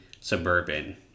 suburban